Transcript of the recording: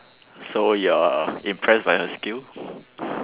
so you're impressed by her skill